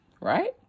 Right